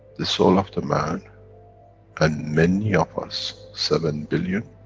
the soul of the man and many of us, seven billion,